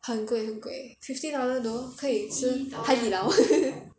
很贵很贵 fifty dollar know 可以吃海底捞